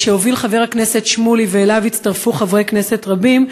שהוביל חבר הכנסת שמולי והצטרפו אליו חברי כנסת רבים,